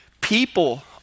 people